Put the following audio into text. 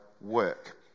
work